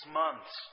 months